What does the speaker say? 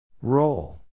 Roll